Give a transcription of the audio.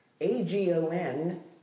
a-g-o-n